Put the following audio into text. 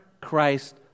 Christ